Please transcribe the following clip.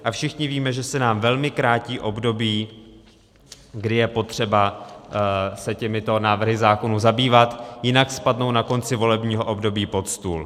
A všichni víme, že se nám velmi krátí období, kdy je potřeba se těmito návrhy zákonů zabývat, jinak spadnou na konci volebního období pod stůl.